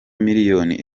miliyoni